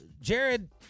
Jared